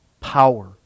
Power